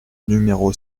numéro